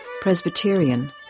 Presbyterian